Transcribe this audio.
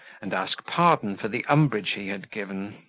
and ask pardon for the umbrage he had given.